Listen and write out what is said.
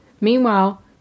Meanwhile